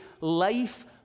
life